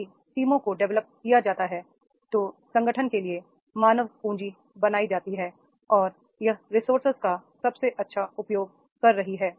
यदि टीमों को डेवलप किया जाता है तो संगठन के लिए मानव पूंजी बनाई जाती है और यह रिसोर्सेज का सबसे अच्छा उपयोग कर रही है